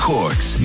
Cork's